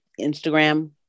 instagram